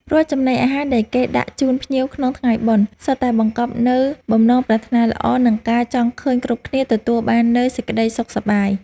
រាល់ចំណីអាហារដែលគេដាក់ជូនភ្ញៀវក្នុងថ្ងៃបុណ្យ សុទ្ធតែបង្កប់នូវបំណងប្រាថ្នាល្អ និងការចង់ឃើញគ្រប់គ្នាទទួលបាននូវសេចក្តីសុខសប្បាយ។